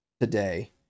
today